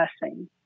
blessing